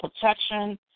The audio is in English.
protection